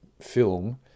film